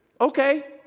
okay